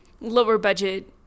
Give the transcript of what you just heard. lower-budget